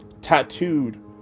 tattooed